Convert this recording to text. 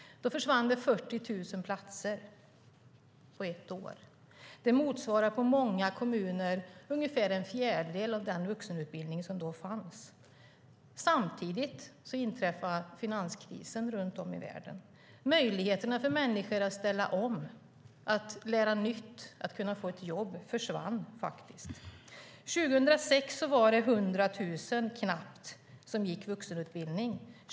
Då försvann 40 000 platser på ett år. Det motsvarar i många kommuner ungefär en fjärdedel av den vuxenutbildning som då fanns. Samtidigt inträffade finanskrisen runt om i världen. Möjligheterna för människor att ställa om, att lära nytt, att kunna få ett jobb försvann. År 2006 var knappt 100 000 i vuxenutbildning.